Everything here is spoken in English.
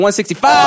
165